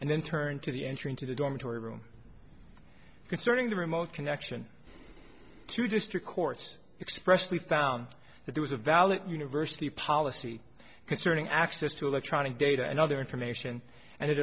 and then turn to the entry into the dormitory room concerning the remote connection to district court expressly found that there was a valid university policy concerning access to electronic data and other information and it